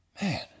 Man